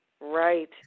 Right